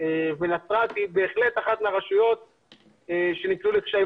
ונצרת היא בהחלט אחת מהרשויות שנקלעו לקשיים.